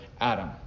Adam